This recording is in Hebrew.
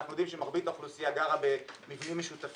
אנחנו יודעים שמרבית האוכלוסייה גרה במבנים משותפים.